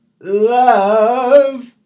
love